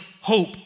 hope